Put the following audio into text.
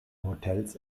hotels